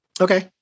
Okay